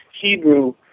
Hebrew